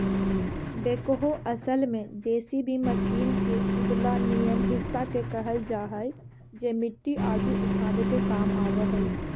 backhoe असल में JCB machine के उ डला निअन हिस्सा के कहल जा हई जे मट्टी आदि उठावे के काम आवऽ हई